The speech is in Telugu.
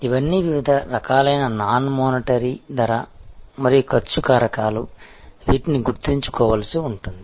ఇవన్నీ వివిధ రకాలైన నాన్ మోనిటరీ ధర మరియు ఖర్చు కారకాలు వీటిని గుర్తుంచుకోవలసి ఉంటుంది